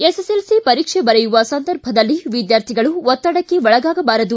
SSLC ಪರೀಕ್ಷೆ ಬರೆಯುವ ಸಂದರ್ಭದಲ್ಲಿ ವಿದ್ಯಾರ್ಥಿಗಳು ಒತ್ತಡಕ್ಕೆ ಒಳಗಾಗಬಾರದು